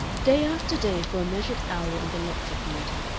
day after day for a measured hour in the lecture-theatre,